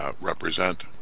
represent